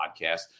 podcast